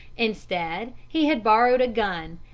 instead, he had borrowed a gun,